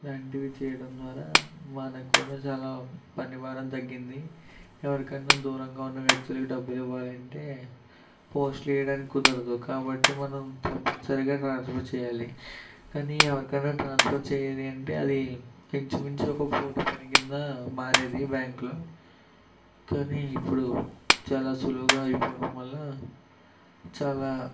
అలాంటివి చేయడం ద్వారా మనకు కూడా చాలా పని భారం తగ్గింది ఎవరికన్న దూరంగా ఉన్న వ్యక్తులకు డబ్బులు ఇవ్వాలి అంటే పోస్ట్లు ఎయ్యడానికి కుదరదు కాబట్టి మనం కంపల్సరీగా ట్రాన్స్ఫర్ చేయాలి కానీ ఎవరికన్న ట్రాన్స్ఫర్ చేయాలి అంటే అది ఇంచు మించు ఒక పూట పని మీద మారేది బ్యాంక్లో కానీ ఇప్పుడు చాలా సులువుగా అయిపోవడం వల్ల చాలా